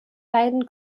beiden